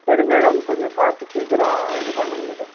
சரி மேடம் கொஞ்சம் பார்த்து சீக்கிரம் இது பண்ணுங்க மேடம்